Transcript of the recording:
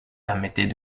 permettait